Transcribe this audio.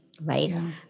right